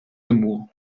amour